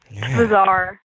Bizarre